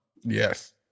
yes